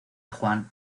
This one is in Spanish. juan